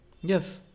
yes